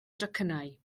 docynnau